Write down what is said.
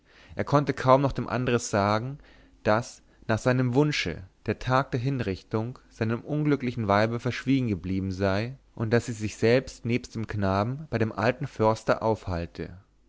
er konnte kaum noch dem andres sagen daß nach seinem wunsche der tag der hinrichtung seinem unglücklichen weibe verschwiegen geblieben sei und daß sie sich nebst dem knaben bei dem alten förster aufhalte